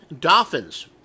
Dolphins